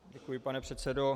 Děkuji, pane předsedo.